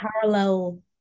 parallel